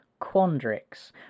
Quandrix